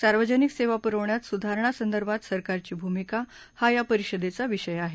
सार्वजनिक सेवा पुरवण्यात सुधारणा संदर्भात सरकारची भूमिका हा या परिषदेचा विषय आहे